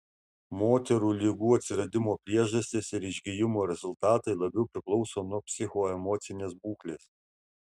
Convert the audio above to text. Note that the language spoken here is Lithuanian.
moterų ligų atsiradimo priežastys ir išgijimo rezultatai labiau priklauso nuo psichoemocinės būklės